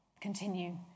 continue